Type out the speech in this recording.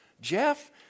Jeff